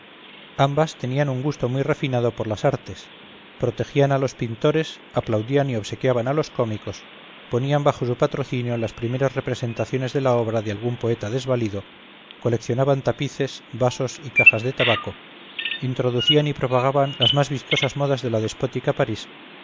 ambas tenían gusto muy refinado por las artes protegían a los pintores aplaudían y obsequiaban a los cómicos ponían bajo su patrocinio las primeras representaciones de la obra de algún poeta desvalido coleccionaban tapices vasos y cajas de tabaco introducían y propagaban las más vistosas modas de la despótica parís